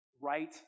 right